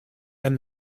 and